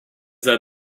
that